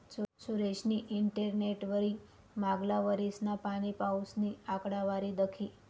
सुरेशनी इंटरनेटवरी मांगला वरीसना पाणीपाऊसनी आकडावारी दखी